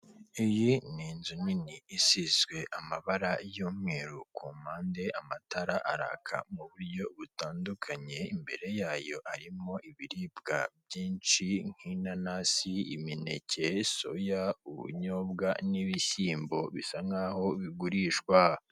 Iyi ni inzu nini isizwe amabara y'umweru ku mpande amatara araka mu buryo butandukanye, imbere yayo harimo ibiribwa byinshi nk'inanasi, imineke, soya, ubunyobwa n'ibishyimbo bisa nkaho bigurishwa.